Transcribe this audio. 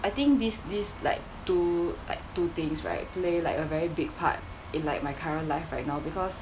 I think this this like two like two things right play like a very big part in like my current life right now because